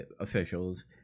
officials